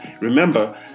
Remember